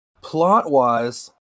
plot-wise